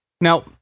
Now